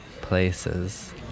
places